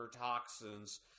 toxins